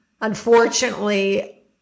unfortunately